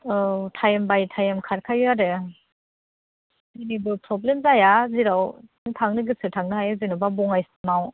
औ time by time खारखायो आरो जेबो प्रब्लेम जाया जेराव नों थांनो गोसो थांनो हायो जेनेबा बङाइसिमाव